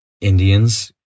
Indians